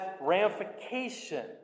ramifications